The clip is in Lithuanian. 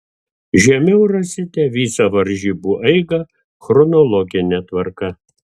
žemiau rasite visą varžybų eigą chronologine tvarka